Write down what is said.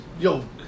Yo